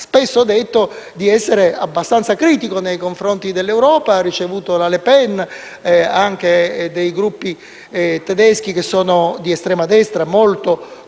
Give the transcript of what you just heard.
ha spesso detto di essere abbastanza critico nei confronti dell'Europa e ha ricevuto la Le Pen e anche dei gruppi tedeschi che sono di estrema destra, molto contrari